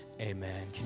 amen